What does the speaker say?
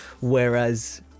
Whereas